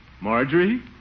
Marjorie